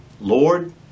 Lord